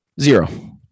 Zero